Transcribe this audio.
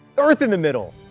earth in the middle,